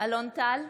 אלון טל,